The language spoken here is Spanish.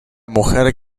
mujer